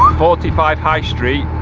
um forty five high street,